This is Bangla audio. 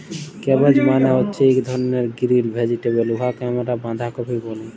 ক্যাবেজ মালে হছে ইক ধরলের গিরিল ভেজিটেবল উয়াকে আমরা বাঁধাকফি ব্যলি